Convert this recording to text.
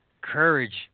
courage